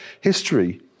history